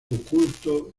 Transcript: oculto